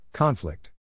Conflict